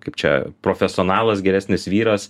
kaip čia profesionalas geresnis vyras